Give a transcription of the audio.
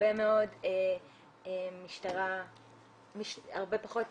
הרבה פחות